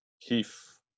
Keith